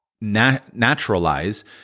naturalize